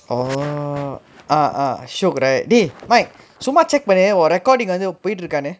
oh ah ah shiok right dey mike சும்மா:summa check பண்ணு உன்:pannu un recording வந்து போயிட்டு இருக்கானு:vanthu poittu irukkaanu